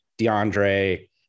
DeAndre